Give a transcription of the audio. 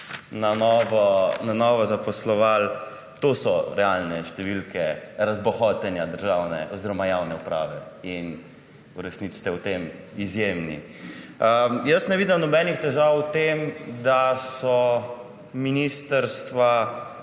na novo zaposlovali. To so realne številke razbohotenja državne oziroma javne uprave in v resnici ste v tem izjemni. Jaz ne vidim nobenih težav v tem, da so ministrstva